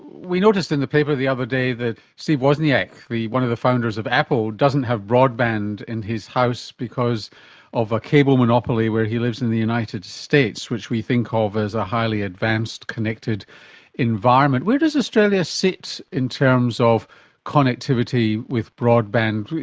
we noticed in the paper the other day that steve wozniak, one of the founders of apple, doesn't have broadband in his house because of a cable monopoly where he lives in the united states, which we think ah of as a highly advanced, connected environment. where does australia sit in terms of connectivity with broadband?